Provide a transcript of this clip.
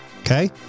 okay